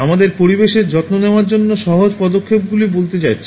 আমাদের পরিবেশের যত্ন নেওয়ার জন্য সহজ পদক্ষেপগুলি বলতে যাচ্ছি